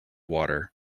water